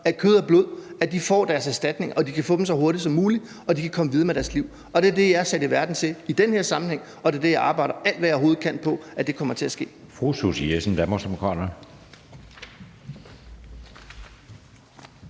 af kød og blod, får deres erstatning, og at de kan få den så hurtigt som muligt, og at de kan komme videre med deres liv. Det er det, jeg er sat i verden for i den her sammenhæng, og det er det, jeg arbejder alt, hvad jeg overhovedet kan, på kommer til at ske.